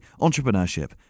entrepreneurship